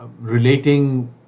relating